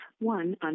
one